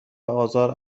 آزار